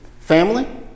Family